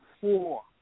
four